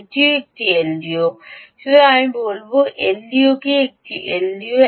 এটিও একটি এলডিও